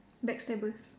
backstabbers